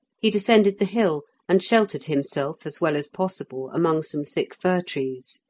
he descended the hill, and sheltered himself as well as possible among some thick fir-trees.